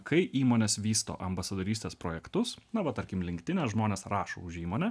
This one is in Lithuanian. kai įmonės vysto ambasadorystės projektus na va tarkim linked inas žmonės rašo už įmonę